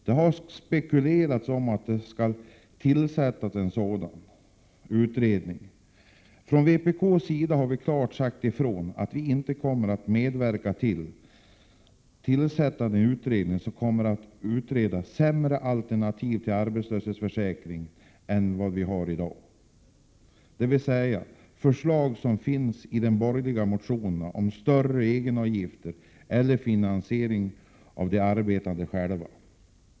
Det har spekulerats om att det skall tillsättas en sådan utredning. Från vpk:s sida har vi klart sagt ifrån att vi inte kommer att medverka till att tillsätta en utredning, som kommer att utreda sämre alternativ till arbetslöshetsförsäkring än vad vi har i dag, dvs. förslag som finns i de borgerliga motionerna om större egenavgifter eller finansiering av de arbetande själva.